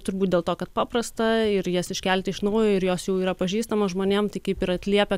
turbūt dėl to kad paprasta ir jas iškelti iš naujo ir jos jau yra pažįstamos žmonėm tai kaip ir atliepia